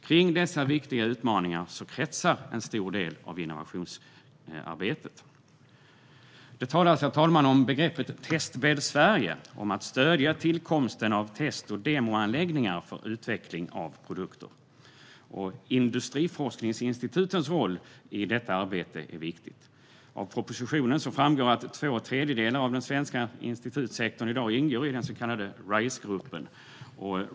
Kring dessa viktiga utmaningar kretsar en stor del av innovationsarbetet. Herr talman! Det talas om begreppet Testbädd Sverige, om att stödja tillkomsten av test och demoanläggningar för utveckling av produkter. Industriforskningsinstitutens roll är viktig i detta arbete. Av propositionen framgår att två tredjedelar av den svenska institutsektorn i dag ingår i den så kallade Risegruppen.